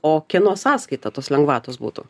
o kieno sąskaita tos lengvatos būtų